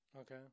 Okay